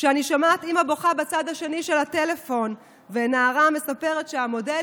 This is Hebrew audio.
כשאני שומעת אימא בוכה בצד השני של הטלפון ונערה מספרת שמודל